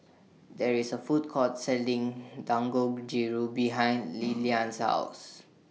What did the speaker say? There IS A Food Court Selling Dangojiru behind Lilian's House